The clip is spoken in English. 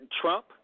Trump